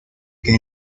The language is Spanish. que